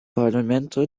parlamento